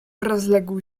rozległ